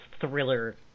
thriller